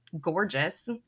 gorgeous